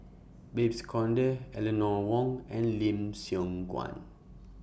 Babes Conde Eleanor Wong and Lim Siong Guan